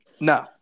No